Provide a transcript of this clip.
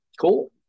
cool